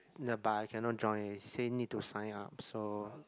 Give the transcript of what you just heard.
ya but I cannot join say need to sign up so